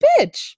bitch